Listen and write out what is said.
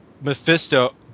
Mephisto